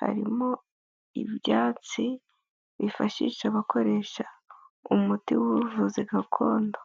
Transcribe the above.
harimo ibyatsi bifashisha abakoresha umuti w'ubuvuzi gakondo.